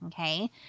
okay